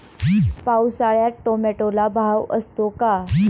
पावसाळ्यात टोमॅटोला भाव असतो का?